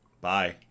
Bye